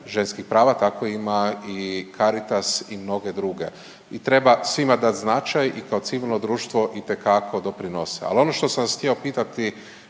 ženskih prava tako ima i Caritas i mnoge druge. I treba svima dati značaj i kao civilno društvo itekako doprinose. Ali ono što sam vas htio pitati